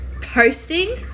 posting